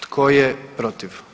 Tko je protiv?